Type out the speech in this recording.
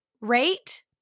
rate